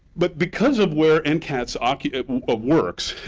but because of where and ncats ah kind of works,